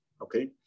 okay